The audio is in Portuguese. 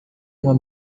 uma